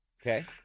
okay